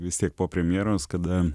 vis tiek po premjeros kada